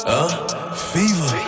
Fever